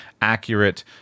accurate